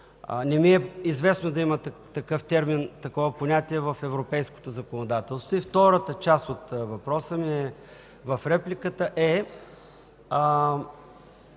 Не ми е известно да има такъв термин, такова понятие в европейското законодателство. Втората част от въпроса и репликата